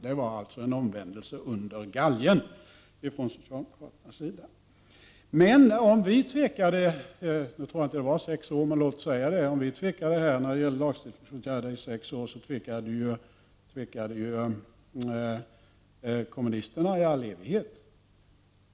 Det var alltså en omvändelse under galgen. Om centerpartiet tvekade i sex år — vilket jag inte tror att det var — när det gällde lagstiftningsåtgärder, har kommunisterna tvekat i all evighet.